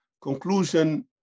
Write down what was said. conclusion